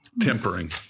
Tempering